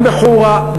גם בחורה,